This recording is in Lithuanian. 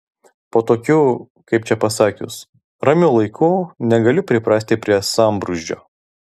po tokių kaip čia pasakius ramių laikų negaliu priprasti prie sambrūzdžio